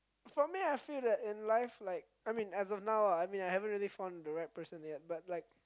for me I feel that in life like I mean as of now ah I mean I haven't really found the right person yet but like